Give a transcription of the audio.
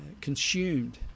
consumed